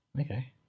Okay